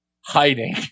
hiding